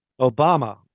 Obama